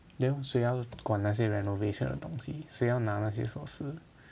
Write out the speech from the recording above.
then 谁要管那些 renovation 的东西谁要拿那些锁匙